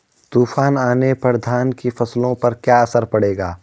तूफान आने पर धान की फसलों पर क्या असर पड़ेगा?